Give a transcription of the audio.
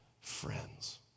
friends